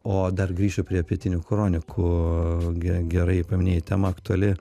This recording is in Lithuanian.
o dar grįšiu prie pietinių kronikų gerai paminėjai tema aktuali